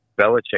Belichick